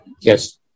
Yes